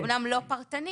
אמנם לא פרטני,